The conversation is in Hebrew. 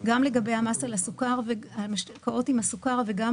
גם לגבי המס על המשקאות עם הסוכר וגם